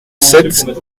sept